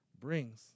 brings